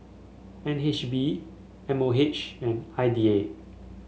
N H B M O H and I D A